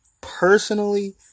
personally